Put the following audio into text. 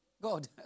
God